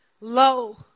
Lo